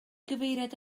gyfeiriad